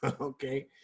okay